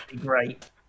great